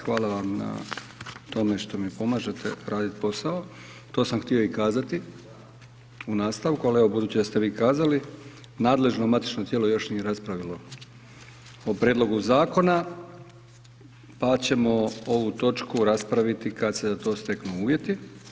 Hvala vam na tome što mi pomažete raditi posao, to sam htio i kazati u nastavku, ali evo budući da ste vi kazali, nadležno matično tijelo još nije raspravilo o prijedlogu Zakona, pa ćemo ovu točku raspraviti kad se za to steknu uvjeti.